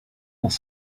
dans